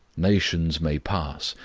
nations may pass,